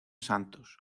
santos